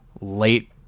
late